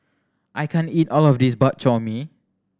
I can't eat all of this Bak Chor Mee